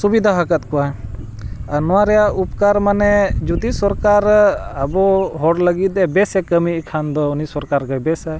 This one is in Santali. ᱥᱩᱵᱤᱫᱷᱟ ᱟᱠᱟᱫ ᱠᱚᱣᱟᱭ ᱟᱨ ᱱᱚᱣᱟ ᱨᱮᱱᱟᱜ ᱩᱯᱠᱟᱹᱨ ᱢᱟᱱᱮ ᱡᱩᱫᱤ ᱥᱚᱨᱠᱟᱨ ᱟᱵᱚ ᱦᱚᱲ ᱞᱟᱹᱜᱤᱫ ᱮ ᱵᱮᱥᱮ ᱠᱟᱹᱢᱤ ᱠᱷᱟᱱ ᱫᱚ ᱩᱱᱤ ᱥᱚᱨᱠᱟᱨ ᱜᱮ ᱵᱮᱥᱟ